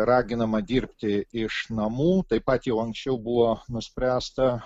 raginama dirbti iš namų taip pat jau anksčiau buvo nuspręsta